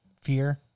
fear